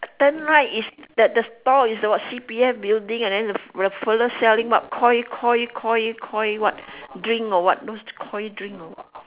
turn right is that the store is the what C_P_F building and then the that fellow selling what koi koi koi koi what drink or what those koi drink or what